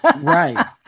Right